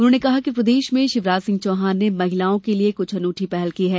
उन्होंने कहा कि प्रदेश में शिवराज सिंह ने महिलाओं के लिए कुछ अनूठी पहल की है